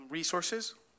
resources